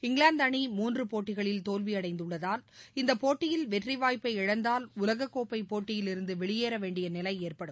இங்கிலாந்து அணி மூன்று போட்டிகளில் தோல்வியடைந்துள்ளதால் இந்த போட்டியில் வெற்றி வாய்ப்பை இழந்தால் உலகக்கோப்பை போட்டியிலிருந்து வெளியேற வேண்டிய நிலை ஏற்படும்